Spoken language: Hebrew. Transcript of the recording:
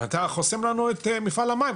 אתה חוסם לנו את מפעל המים,